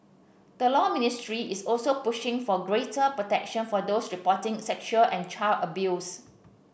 the Law Ministry is also pushing for greater protection for those reporting sexual and child abuse